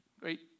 great